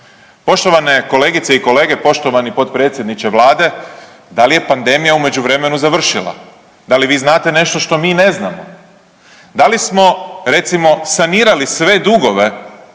Poštovane kolegice i kolege, poštovani potpredsjedniče vlade, da li je pandemija u međuvremenu završila, da li vi znate nešto što mi ne znamo? Da li smo recimo sanirali sve dugove